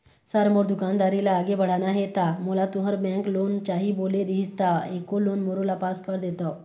Sir मोर दुकानदारी ला आगे बढ़ाना हे ता मोला तुंहर बैंक लोन चाही बोले रीहिस ता एको लोन मोरोला पास कर देतव?